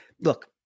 Look